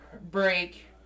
break